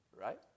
Right